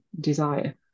desire